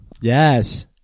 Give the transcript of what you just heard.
Yes